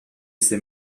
ses